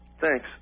Thanks